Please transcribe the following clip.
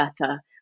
better